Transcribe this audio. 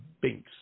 Binks